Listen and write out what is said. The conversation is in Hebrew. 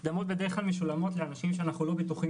מקדמות משולמות בדרך כלל לאנשים שאנחנו לא בטוחים